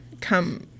come